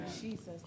Jesus